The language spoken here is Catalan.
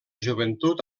joventut